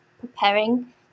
preparing